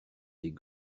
des